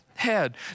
head